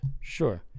sure